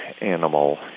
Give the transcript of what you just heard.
animal